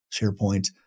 SharePoint